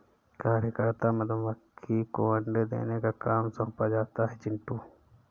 कार्यकर्ता मधुमक्खी को अंडे देने का काम सौंपा जाता है चिंटू